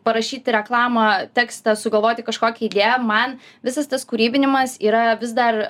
parašyti reklamą tekstą sugalvoti kažkokią idėją man visas tas kūrybinimas yra vis dar